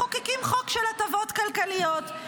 מחוקקים חוק של הטבות כלכליות,